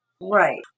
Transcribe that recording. Right